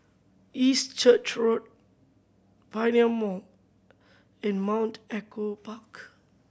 East Church Road Pioneer Mall and Mount Echo Park